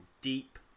deep